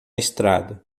estrada